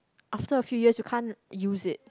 after a few years you can't use it